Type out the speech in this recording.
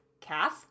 Cass